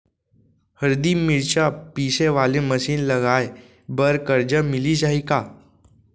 हरदी, मिरचा पीसे वाले मशीन लगाए बर करजा मिलिस जाही का?